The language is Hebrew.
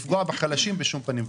לפגוע בחלשים בשום פנים ואופן.